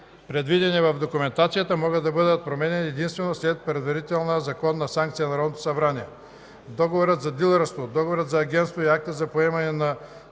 предвидени в документацията, могат да бъдат променяни единствено след предварителна законова санкция на Народното събрание. Договорът за дилърство, договорът за агентство и актът за поемане на